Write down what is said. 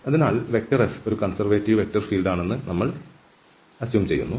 അതിനാൽ F ഒരു conservative vector ഫീൽഡാണെന്ന് നമ്മൾ അനുമാനിക്കുന്നു